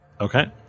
Okay